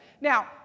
Now